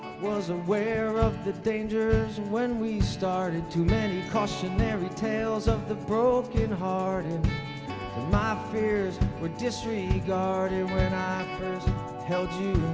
was aware of the dangers when we started too many cautionary tales of the broken-hearted and my fears were disregarded when i first held you